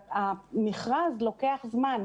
ומכרז לוקח זמן.